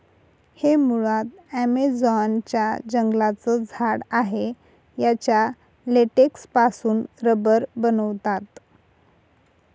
हे मुळात ॲमेझॉन च्या जंगलांचं झाड आहे याच्या लेटेक्स पासून रबर बनवतात